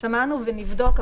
שמענו ונבדוק,